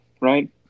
right